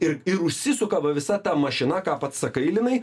ir ir užsisuka visa ta mašina ką pats sakai linai